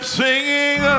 singing